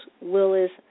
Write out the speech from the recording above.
Willis